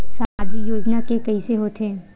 सामाजिक योजना के कइसे होथे?